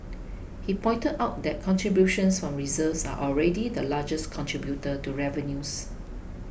he pointed out that contributions from reserves are already the largest contributor to revenues